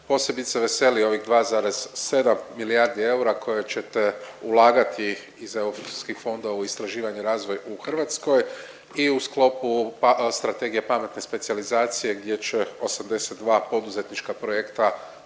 posebice veseli ovih 2,7 milijardi eura koje ćete ulagati iz europskih fondova u istraživanje i razvoj u Hrvatskoj i u sklopu Strategije pametne specijalizacije gdje će 82 poduzetnička projekta